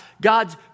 God's